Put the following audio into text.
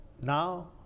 Now